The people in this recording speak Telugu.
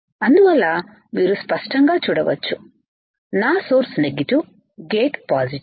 అందువల్ల మీరు స్పష్టంగా చూడవచ్చు నా సోర్స్ నెగిటివ్ గేట్ పాజిటివ్